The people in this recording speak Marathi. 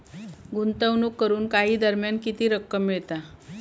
गुंतवणूक करून काही दरम्यान किती रक्कम मिळता?